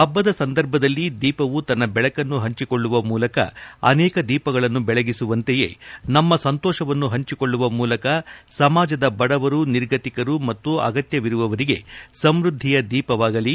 ಹಬ್ಬದ ಸಂದರ್ಭದಲ್ಲಿ ದೀಪವು ತನ್ನ ಬೆಳಕನ್ನು ಹಂಚಿಕೊಳ್ಳುವ ಮೂಲಕ ಅನೇಕ ದೀಪಗಳನ್ನು ಬೆಳಗಿಸುವಂತೆಯೇ ನಮ್ಮ ಸಂತೋಷವನ್ನು ಹಂಚಿಕೊಳ್ಳುವ ಮೂಲಕ ಸಮಾಜದ ಬಡವರು ನಿರ್ಗತಿಕರು ಮತ್ತು ಅಗತ್ಯವಿರುವವರಿಗೆ ಸಮೃದ್ದಿಯ ದೀಪವಾಗಲಿ